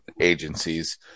agencies